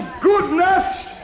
goodness